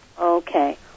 Okay